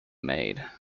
maid